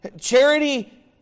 Charity